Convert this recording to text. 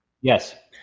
Yes